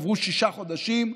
עברו שישה חודשים,